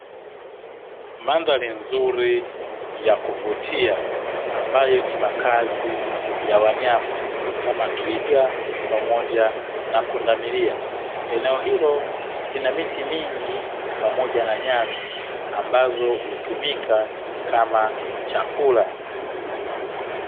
Mandhari nzuri ya kuvutia ambayo ni makazi ya wanyama kama twiga pamoja na pundamilia. Eneo hilo lina miti mingi pamoja na nyasi ambazo hutumika kama chakula.